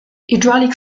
hydraulic